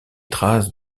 traces